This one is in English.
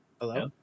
Hello